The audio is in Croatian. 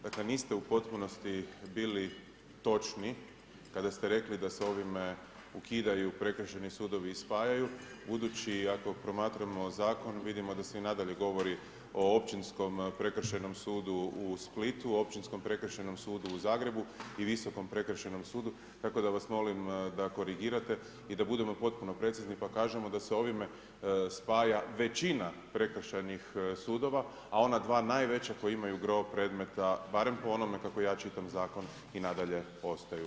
Dakle niste u potpunosti bili točni kada ste rekli da se ovime ukidaju prekršajni sudovi i spajaju budući, ako promatramo zakon vidimo da se i nadalje govori o općinskom prekršajnom sudu u Splitu, o općinskom prekršajnom sudu u Zagrebu i visokom prekršajnom sudu tako da vas molim da korigirate i da budemo potpuno precizni pa kažemo da se ovime spaja većina prekršajnih sudova, a ona dva najveća koja imaju gro predmeta, barem po onome kako ja čitam zakon i nadalje ostaju.